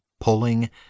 pulling